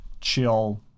chill